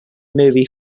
movie